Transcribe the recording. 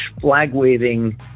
flag-waving